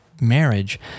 marriage